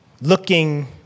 looking